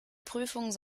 prüfung